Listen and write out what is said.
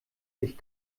sich